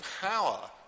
power